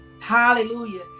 hallelujah